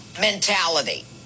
mentality